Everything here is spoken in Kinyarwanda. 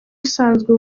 usanzwe